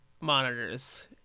monitors